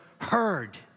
heard